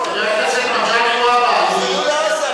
תחזור, תחזרו לעזה.